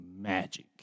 magic